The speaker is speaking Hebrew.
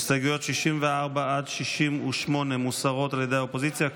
הסתייגויות 64 68 מוסרות על ידי האופוזיציה,